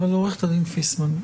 עורכת הדין פיסמן,